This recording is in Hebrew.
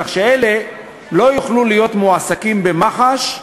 כך שלא יוכלו להיות מועסקים במח"ש,